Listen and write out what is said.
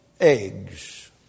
eggs